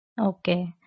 Okay